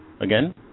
Again